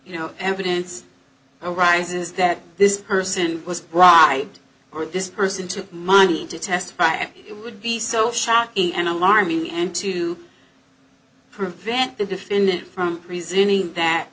you know evidence now rises that this person was right or this person took money to testify it would be so shocking and alarming and to prevent the defendant from presuming that